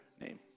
name